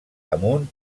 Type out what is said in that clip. amunt